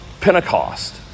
Pentecost